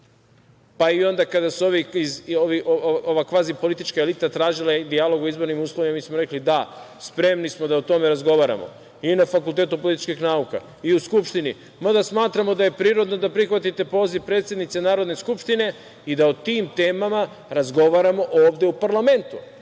pa i onda kada je ova kvazi politička elita tražila dijalog u izbornim uslovima. Mi smo rekli – da, spremni smo da o tome razgovaramo i na Fakultetu političkih nauka i u Skupštini, mada smatramo da je prirodno da prihvatite poziv predsednice Narodne skupštine i da o tim temama razgovaramo ovde u parlamentu,